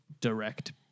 direct